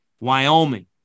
Wyoming